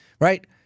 right